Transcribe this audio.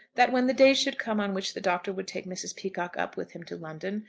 that when the day should come on which the doctor would take mrs. peacocke up with him to london,